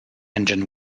engine